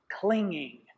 clinging